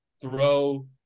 throw